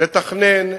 לתכנן,